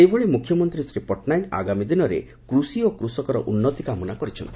ସେହିଭଳି ମୁଖ୍ୟମନ୍ତୀ ଶ୍ରୀ ପଟ୍ଟନାୟକ ଆଗାମୀ ଦିନରେ କୃଷି ଓ କୃଷକର ଉନ୍ଦତି କାମନା କରିଛନ୍ତି